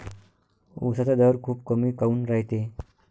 उसाचा दर खूप कमी काऊन रायते?